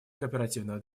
кооперативного